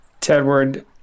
tedward